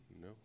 No